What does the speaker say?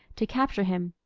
to capture him.